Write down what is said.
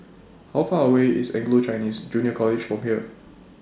How Far away IS Anglo Chinese Junior College from here